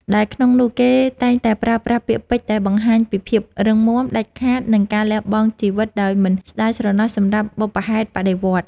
ដែលក្នុងនោះគេតែងតែប្រើប្រាស់ពាក្យពេចន៍ដែលបង្ហាញពីភាពរឹងមាំ ដាច់ខាត និងការលះបង់ជីវិតដោយមិនស្តាយស្រណោះសម្រាប់បុព្វហេតុបដិវត្តន៍។